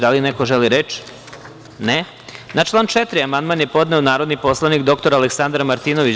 Da li neko želi reč? (Ne) Na član 4. amandman je podneo narodni poslanik dr Aleksandar Martinović.